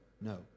no